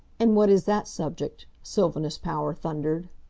and what is that subject? sylvanus power thundered.